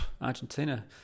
Argentina